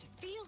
feel